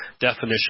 definition